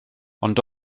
ond